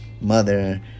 mother